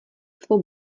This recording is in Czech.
svou